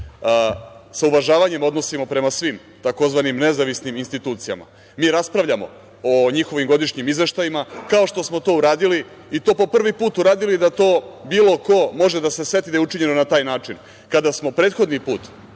sa uvažavanjem odnosimo prema svim tzv. nezavisnim institucijama. Mi raspravljamo o njihovim godišnjim izveštajima, kao što smo to uradili, i to prvi put uradili, da to bilo ko može da se seti da je učinjeno na taj način. Kada smo prethodni put